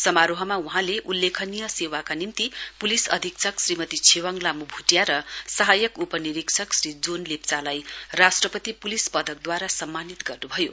समारोहमा वहाँले उल्लेखनीय सेवाका निम्ति प्लिस अधीक्षक श्रीमती छेवाङ लामू भूटिया र सहायक उपनिरिक्षक श्री जोन लेप्चालाई राष्ट्रपति पुलिस पदकद्वारा सम्मानित गर्नुभयो